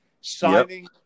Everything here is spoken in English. signing